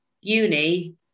uni